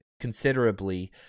considerably